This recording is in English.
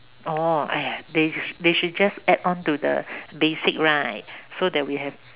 oh !aiya! they they should just add to the basic right so that we have